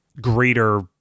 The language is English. greater